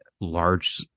large